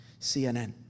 CNN